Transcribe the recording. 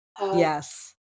yes